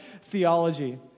theology